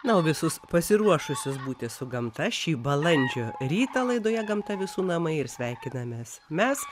na o visus pasiruošusius būti su gamta šį balandžio rytą laidoje gamta visų namai ir sveikinamės mes